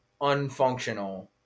unfunctional